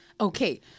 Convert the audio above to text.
Okay